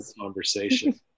conversation